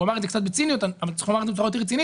אמר את זה קצת בציניות אבל צריך לומר את זה בצורה יותר רצינית